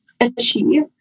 achieve